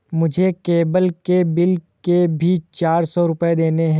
मुझे केबल के बिल के भी चार सौ रुपए देने हैं